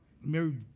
Mary